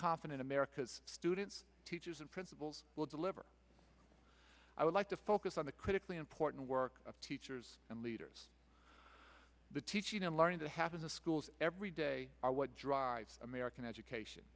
confident america's students teachers and principals will deliver i would like to focus on the critically important work of teachers and leaders the teaching and learning to have in the schools every day are what drives american education